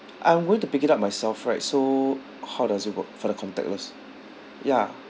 I'm going to pick it up myself right so how does it work for the contactless ya